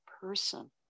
Person